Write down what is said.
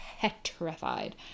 petrified